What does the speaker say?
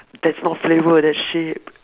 that's not flavour that's shape